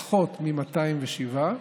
פחות מ-207.